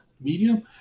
medium